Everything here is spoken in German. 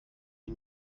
die